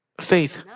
faith